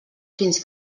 fins